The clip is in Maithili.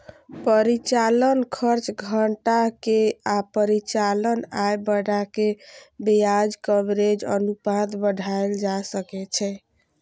परिचालन खर्च घटा के आ परिचालन आय बढ़ा कें ब्याज कवरेज अनुपात बढ़ाएल जा सकै छै